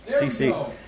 CC